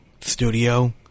studio